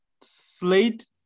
Slate